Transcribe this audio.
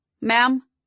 Ma'am